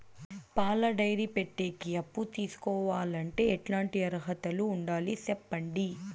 పాల డైరీ పెట్టేకి అప్పు తీసుకోవాలంటే ఎట్లాంటి అర్హతలు ఉండాలి సెప్పండి?